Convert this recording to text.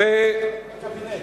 זאת אומרת,